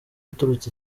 uturutse